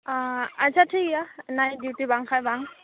ᱚ ᱟᱪᱪᱷᱟ ᱴᱷᱤᱠ ᱜᱮᱭᱟ ᱱᱟᱭᱤᱴ ᱰᱤᱣᱩᱴᱤ ᱵᱟᱝ ᱠᱷᱟᱱ ᱵᱟᱝ